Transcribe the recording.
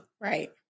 right